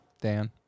Dan